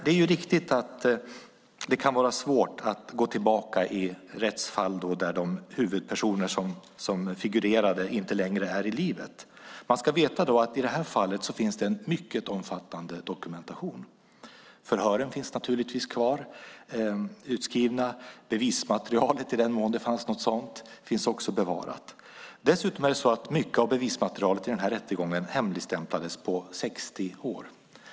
Det är riktigt att det kan vara svårt att gå tillbaka i rättsfall där de huvudpersoner som figurerade inte längre är i livet. Man ska veta att i det här fallet finns en mycket omfattande dokumentation. Förhören finns naturligtvis kvar utskrivna, och bevismaterialet, i den mån det fanns något sådant, finns också bevarat. Dessutom är det så att mycket av bevismaterialet i rättegången hemligstämplades på 60 år.